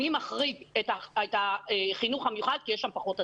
אני מחריג את החינוך המיוחד כי יש שם פחות הדבקות.